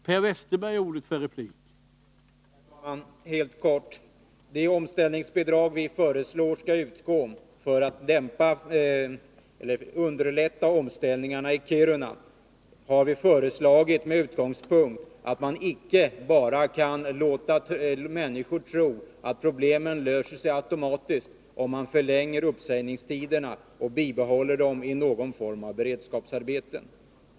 Herr talman! Helt kort. Det omställningsbidrag vi föreslår skall utgå för att underlätta omställningarna i Kiruna har vi föreslagit med utgångspunkten att man inte bara kan låta människor tro att problem löser sig automatiskt om man förlänger uppsägningstiderna och bibehåller människorna i någon form av beredskapsarbete.